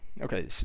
okay